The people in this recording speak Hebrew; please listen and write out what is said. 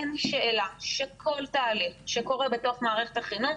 אין שאלה שכל תהליך שקורה בתוך מערכת החינוך